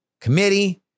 Committee